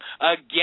again